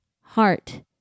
heart